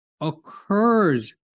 occurs